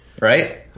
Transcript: right